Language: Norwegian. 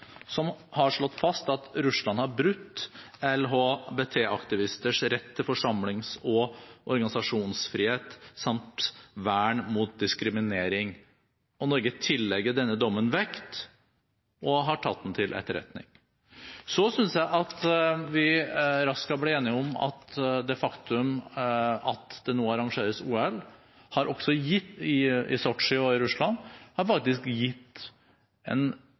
som har slått fast at Russland har brutt LHBT-aktivisters rett til forsamlings- og organisasjonsfrihet samt vern mot diskriminering. Norge tillegger denne dommen vekt og har tatt den til etterretning. Jeg synes også vi raskt skal bli enige om at det faktum at det nå arrangeres OL i Sotsji og Russland, faktisk har gitt en stor internasjonal oppmerksomhet rundt det sivile samfunns situasjon, og